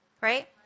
Right